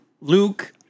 Luke